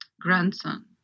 grandson